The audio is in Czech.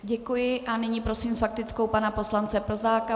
Děkuji a nyní prosím s faktickou pana poslance Plzáka.